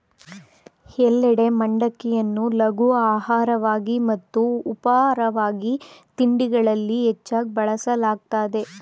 ಎಲ್ಲೆಡೆ ಮಂಡಕ್ಕಿಯನ್ನು ಲಘು ಆಹಾರವಾಗಿ ಮತ್ತು ಉಪಾಹಾರ ತಿಂಡಿಗಳಲ್ಲಿ ಹೆಚ್ಚಾಗ್ ಬಳಸಲಾಗ್ತದೆ